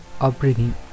upbringing